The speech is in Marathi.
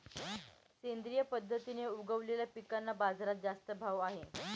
सेंद्रिय पद्धतीने उगवलेल्या पिकांना बाजारात जास्त भाव आहे